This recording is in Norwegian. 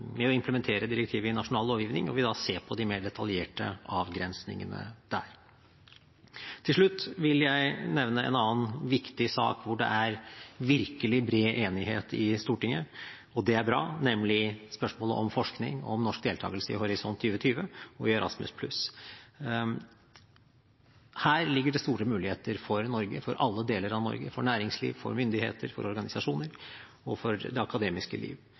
implementere direktivet i nasjonal lovgivning, og vi vil da se på de mer detaljerte avgrensningene der. Til slutt vil jeg nevne en annen viktig sak, hvor det er virkelig bred enighet i Stortinget – og det er bra – nemlig spørsmålet om forskning og om norsk deltagelse i Horisont 2020 og i Erasmus+. Her ligger det store muligheter for Norge, for alle deler av Norge – for næringsliv, for myndigheter, for organisasjoner og for det akademiske liv.